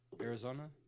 Arizona